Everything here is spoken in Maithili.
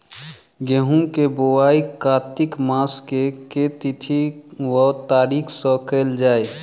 गेंहूँ केँ बोवाई कातिक मास केँ के तिथि वा तारीक सँ कैल जाए?